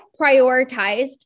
prioritized